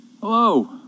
Hello